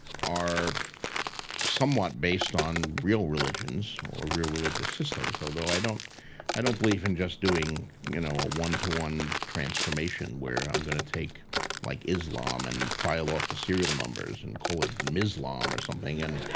are somewhat based on real religions, or real religious systems. although, i don't i don't believe in just doing you know a one to one transformation where i'm gonna take like, islam and file off the serial numbers and call it mislam or something. and